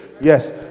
Yes